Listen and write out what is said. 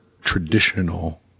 traditional